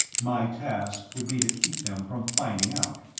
my task would be to keep them from finding out.